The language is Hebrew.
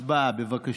הצבעה, בבקשה.